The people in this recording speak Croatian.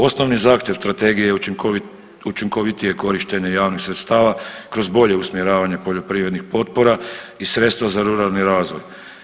Osnovni zahtjev strategije je učinkovitije korištenje javnih sredstava kroz bolje usmjeravanje poljoprivrednih potpora i sredstva za ruralni razvoj.